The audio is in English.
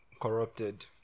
corrupted